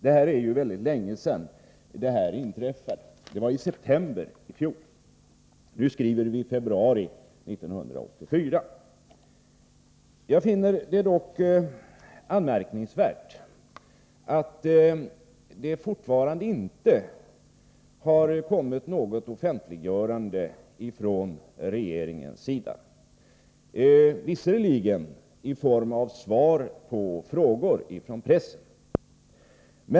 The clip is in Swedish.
Det är ju länge sedan händelsen inträffade, i september i fjol. Nu skriver vi februari 1984. Jag finner det dock anmärkningsvärt att det fortfarande inte har kommit något offentliggörande från regeringens sida, annat än i form av svar på frågor från pressen.